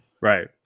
Right